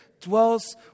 dwells